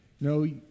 No